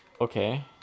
okay